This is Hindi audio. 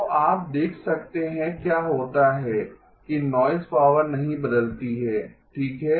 तो आप देख सकते हैं क्या होता है कि नॉइज़ पावर नहीं बदलती है ठीक है